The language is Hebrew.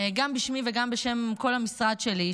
גם בשמי וגם בשם כל המשרד שלי,